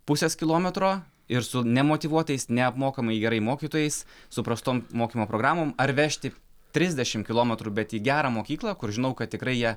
pusės kilometro ir su nemotyvuotais neapmokamai gerai mokytojais su prastom mokymo programom ar vežti trisdešim kilometrų bet į gerą mokyklą kur žinau kad tikrai jie